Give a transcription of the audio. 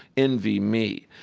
envy me.